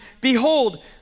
Behold